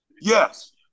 Yes